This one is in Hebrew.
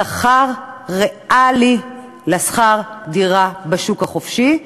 סכום ריאלי לשכר דירה בשוק החופשי,